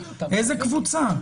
איזה קבוצה?